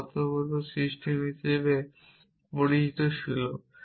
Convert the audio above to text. যা স্বতঃসিদ্ধ সিস্টেম হিসাবে পরিচিত ছিল